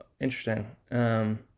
Interesting